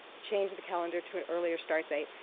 change the calendar to an earlier start date.